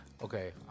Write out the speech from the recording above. Okay